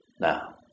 now